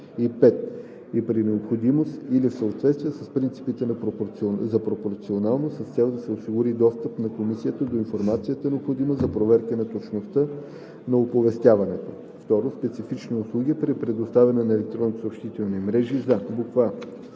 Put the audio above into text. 4 и 5; и при необходимост и в съответствие с принципа за пропорционалност, с цел да се осигури достъп на комисията до информацията, необходима за проверка на точността на оповестяването; 2. специфични условия при предоставяне на електронни съобщителни мрежи за: а)